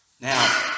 Now